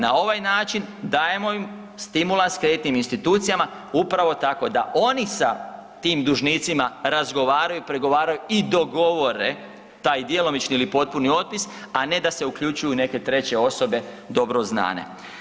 Na ovaj način dajemo im, stimulans, kreditnim institucijama upravo tako, da oni sa tim dužnicima razgovaraju, pregovaraju i dogovore taj djelomični ili potpuni otpis, a ne da se uključuju i neke treće osobe, dobro znane.